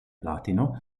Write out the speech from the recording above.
platino